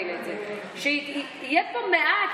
ברור, זה עוד מיליארד,